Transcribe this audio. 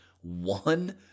One